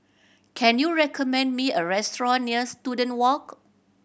can you recommend me a restaurant near Student Walk